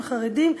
חרדים,